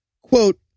quote